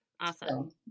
Awesome